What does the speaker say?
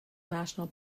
national